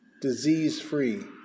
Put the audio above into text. disease-free